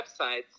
websites